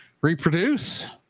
reproduce